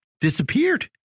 disappeared